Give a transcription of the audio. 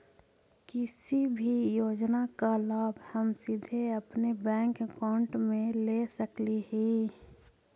किसी भी योजना का लाभ हम सीधे अपने बैंक अकाउंट में ले सकली ही?